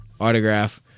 Autograph